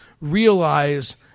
realize